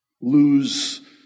Lose